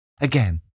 Again